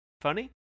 funny